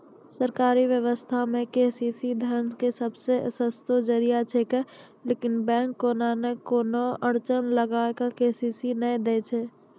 सरकारी व्यवस्था मे के.सी.सी धन के सबसे सस्तो जरिया छिकैय लेकिन बैंक कोनो नैय कोनो अड़चन लगा के के.सी.सी नैय दैय छैय?